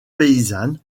paysannes